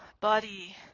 body